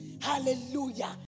Hallelujah